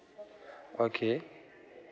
okay